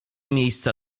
miejsca